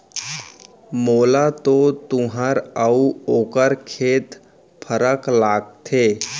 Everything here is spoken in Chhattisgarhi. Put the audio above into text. मोला तो तुंहर अउ ओकर खेत फरक लागत हे